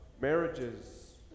marriages